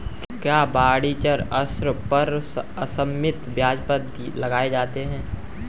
क्या वाणिज्यिक ऋण पर असीमित ब्याज दर लगाए जाते हैं?